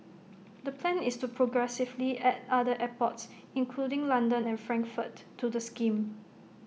the plan is to progressively add other airports including London and Frankfurt to the scheme